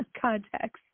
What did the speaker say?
context